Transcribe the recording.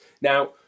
Now